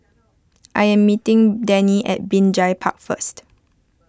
I am meeting Dennie at Binjai Park first